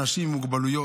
אנשים עם מוגבלויות.